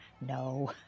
No